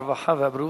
הרווחה והבריאות,